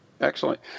Excellent